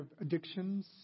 addictions